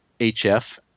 HF